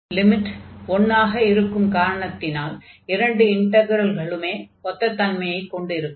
limit 1 ஆக இருக்கும் காரணத்தினால் இரண்டு இன்டக்ரல்களுமே ஒத்த தன்மையைக் கொண்டிருக்கும்